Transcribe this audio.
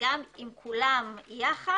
וגם אם כולם יחד,